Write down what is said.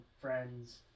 Friends